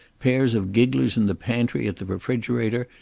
pairs of gigglers in the pantry at the refrigerator,